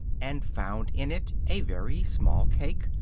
and found in it a very small cake,